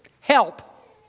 Help